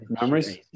memories